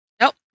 Nope